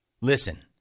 listen